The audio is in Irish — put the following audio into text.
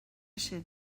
sin